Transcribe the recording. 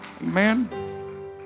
Amen